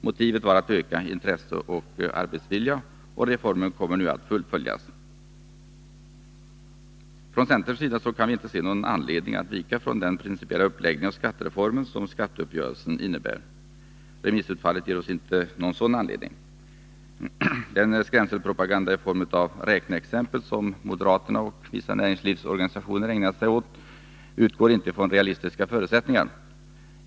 Motivet var att öka intresse och arbetsvilja. Reformen kommer nu att fullföljas. Från centerns sida kan vi inte se någon anledning att vika från den principiella uppläggning av skattereformen som skatteuppgörelsen innebär. Remissutfallet ger oss inte någon sådan anledning. Den skrämselpropaganda i form av räkneexempel som moderaterna och vissa näringslivsorganisationer ägnar sig åt utgår inte från realistiska förutsättningar.